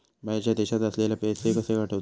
बाहेरच्या देशात असलेल्याक पैसे कसे पाठवचे?